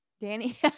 Danny